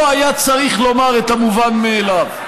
לא היה צריך לומר את המובן מאליו.